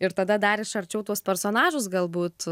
ir tada dar iš arčiau tuos personažus galbūt